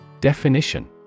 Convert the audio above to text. Definition